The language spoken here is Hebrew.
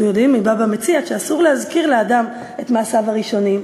אנחנו יודעים מבבא מציעא שאסור להזכיר לאדם את מעשיו הראשונים,